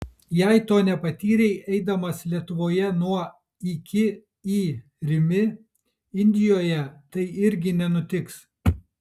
jei to nepatyrei eidamas lietuvoje nuo iki į rimi indijoje tai irgi nenutiks